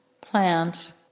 plant